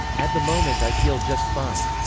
at the moment i feel just fine.